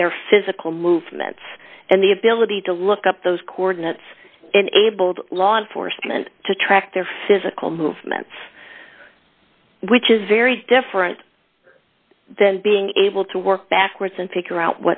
in their physical movements and the ability to look up those coordinates enabled law enforcement to track their physical movements which is very different than being able to work backwards and figure out